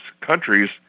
countries